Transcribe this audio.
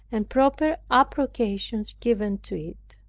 and proper approbations given to it.